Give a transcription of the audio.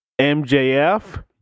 MJF